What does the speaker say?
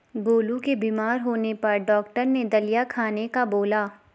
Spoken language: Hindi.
गोलू के बीमार होने पर डॉक्टर ने दलिया खाने का बोला